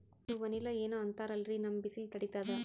ಅದು ವನಿಲಾ ಏನೋ ಅಂತಾರಲ್ರೀ, ನಮ್ ಬಿಸಿಲ ತಡೀತದಾ?